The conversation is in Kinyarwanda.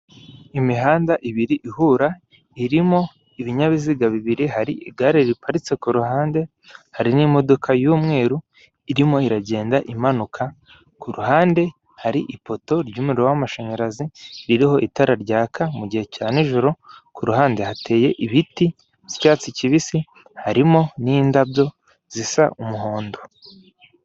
Imihanda ibiri ihura irimo ibinyabiziga bibiri, hari igare riparitse ku ruhande, hari n'imodoka y'umweru irimo iragenda imanuka, ku ruhande hari ipoto ry'umuriro w'amashanyarazi ririho itara ryaka mu gihe cya nijoro, ku ruhande hateye ibiti bisa icyatsi kibisi, harimo n'indabyo zisa umuhondo.